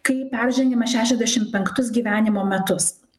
kai peržengiama šešiasdešim penktus gyvenimo metus